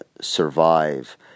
survive